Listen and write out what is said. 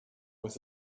with